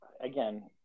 again